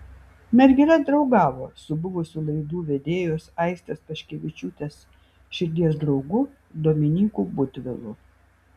mergina draugavo su buvusiu laidų vedėjos aistės paškevičiūtės širdies draugu dominyku butvilu